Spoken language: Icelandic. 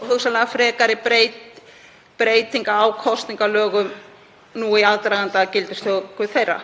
og hugsanlega frekari breytinga á kosningalögum nú í aðdraganda gildistöku þeirra.